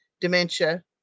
dementia